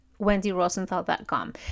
wendyrosenthal.com